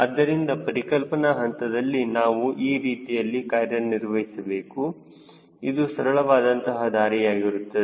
ಆದ್ದರಿಂದ ಪರಿಕಲ್ಪನಾ ಹಂತದಲ್ಲಿ ನಾವು ಈ ರೀತಿಯಲ್ಲಿ ಕಾರ್ಯನಿರ್ವಹಿಸಬೇಕು ಇದು ಸರಳವಾದಂತಹ ದಾರಿಯಾಗಿರುತ್ತದೆ